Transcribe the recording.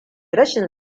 rashin